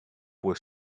were